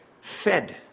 fed